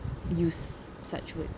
use such words